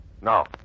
Now